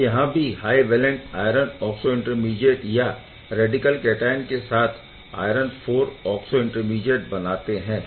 यह यहाँ भी high valent iron oxo intermediate या रैडिकल कैटआयन के साथ आयरन IV ऑक्सो इंटरमीडिएट बनाते है